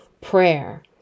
prayer